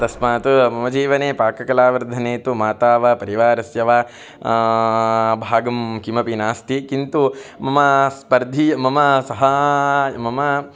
तस्मात् मम जीवने पाककला वर्धने तु माता वा परिवारस्य वा भागं किमपि नास्ति किन्तु मम स्पर्धीयाः मम सह मम